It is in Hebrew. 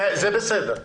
זה בסדר.